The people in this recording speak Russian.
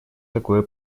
такое